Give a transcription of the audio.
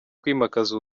kwimakaza